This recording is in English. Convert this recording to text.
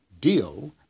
deal